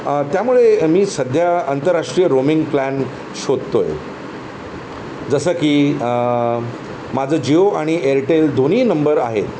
त्यामुळे मी सध्या आंतरराष्ट्रीय रोमिंग प्लॅन शोधतो आहे जसं की माझं जिओ आणि एअरटेल दोन्ही नंबर आहेत